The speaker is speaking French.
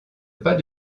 pas